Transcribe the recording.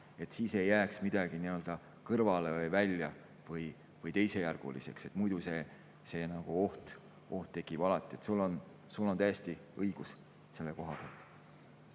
siis ei jääks midagi kõrvale või välja või teisejärguliseks. Muidu tekib see oht alati, sul on täiesti õigus selle koha pealt.